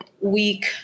week